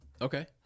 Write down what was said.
okay